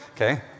Okay